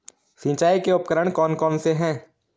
सिंचाई के उपकरण कौन कौन से हैं?